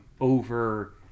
over